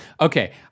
Okay